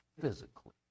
physically